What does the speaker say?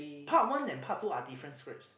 part one and part two are different scripts